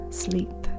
sleep